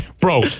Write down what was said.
Bro